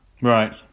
right